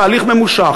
בתהליך ממושך,